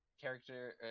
character